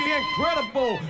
incredible